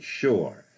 sure